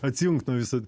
atsijungt nuo viso